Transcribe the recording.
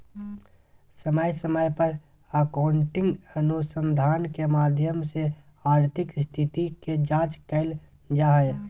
समय समय पर अकाउन्टिंग अनुसंधान के माध्यम से आर्थिक स्थिति के जांच कईल जा हइ